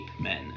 men